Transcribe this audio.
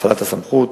להפעלת הסמכות,